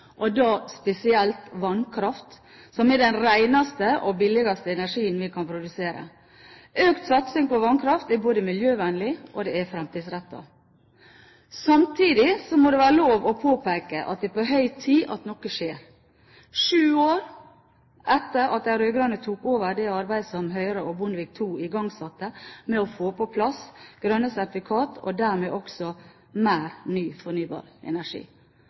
og da spesielt vannkraft, som er den reneste og billigste energien vi kan produsere. Økt satsing på vannkraft er både miljøvennlig og fremtidsrettet. Samtidig må det være lov å påpeke at det er på høy tid at noe skjer, sju år etter at de rød-grønne tok over det arbeidet som Høyre og Bondevik II igangsatte med å få på plass grønne sertifikater og dermed også mer ny fornybar energi